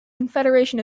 confederation